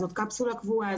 זו קפסולה קבועה,